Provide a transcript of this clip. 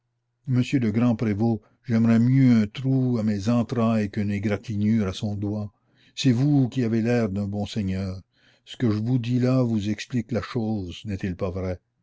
monsieur le grand prévôt j'aimerais mieux un trou à mes entrailles qu'une égratignure à son doigt c'est vous qui avez l'air d'un bon seigneur ce que je vous dis là vous explique la chose n'est-il pas vrai